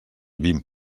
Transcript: vint